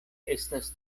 estas